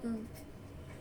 mm